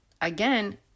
again